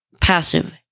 passive